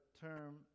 term